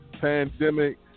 pandemic